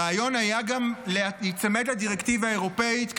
הרעיון היה גם להיצמד לדירקטיבה האירופית,